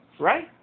right